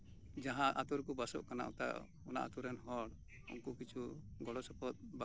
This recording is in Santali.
ᱡᱟᱦᱟᱸ ᱟᱹᱛᱳ ᱨᱮᱠᱚ ᱵᱟᱥᱚᱜ ᱠᱟᱱᱟ ᱚᱱᱟ ᱟᱹᱛᱳ ᱨᱮᱱ ᱦᱚᱲ ᱜᱚᱲᱚ ᱥᱚᱯᱚᱦᱚᱫ ᱵᱟᱝᱠᱚ